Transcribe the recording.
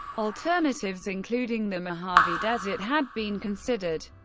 alternatives including the mojave desert had been considered,